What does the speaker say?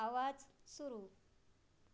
आवाज सुरू